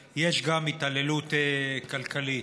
ישראל, יש גם התעללות כלכלית.